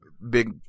big